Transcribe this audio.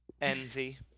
Envy